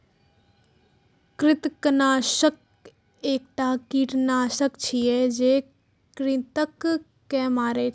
कृंतकनाशक एकटा कीटनाशक छियै, जे कृंतक के मारै छै